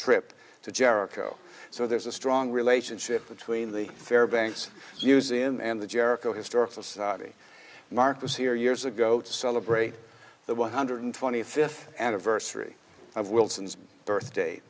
trip to jericho so there's a strong relationship between the faire banks using him and the jericho historical society marcus here years ago to celebrate the one hundred twenty fifth anniversary of wilson's birthda